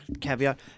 caveat